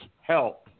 help